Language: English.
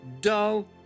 dull